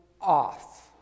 off